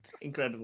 Incredible